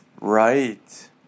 Right